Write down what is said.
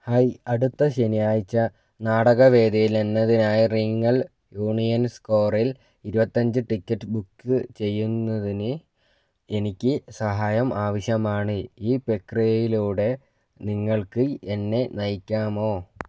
hi അടുത്ത ശനിയാഴ്ച നാടകവേദിയിലെന്നതിനായി റീഗൽ യൂണിയൻ സ്ക്വയറിൽ ഇരുപത്തിയഞ്ച് ടിക്കറ്റ് ബുക്ക് ചെയ്യുന്നതിന് എനിക്ക് സഹായം ആവശ്യമാണ് ഈ പ്രക്രിയയിലൂടെ നിങ്ങൾക്ക് എന്നെ നയിക്കാമോ